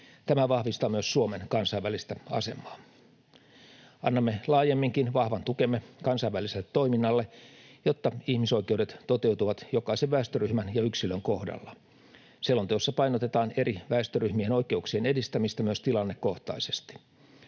Tämä vahvistaa myös Suomen kansainvälistä asemaa. Annamme laajemminkin vahvan tukemme kansainväliselle toiminnalle, jotta ihmisoikeudet toteutuvat jokaisen väestöryhmän ja yksilön kohdalla. Selonteossa painotetaan eri väestöryhmien oikeuksien edistämistä myös tilannekohtaisesti.